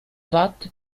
watt